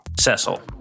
Cecil